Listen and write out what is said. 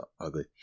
ugly